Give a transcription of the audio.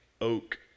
oak